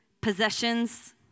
Possessions